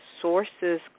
Source's